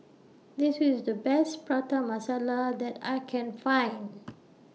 This IS The Best Prata Masala that I Can Find